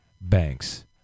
Banks